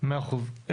מאה אחוז.